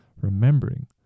remembering